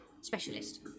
specialist